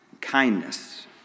kindness